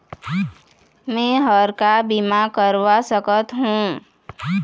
मैं हर का बीमा करवा सकत हो?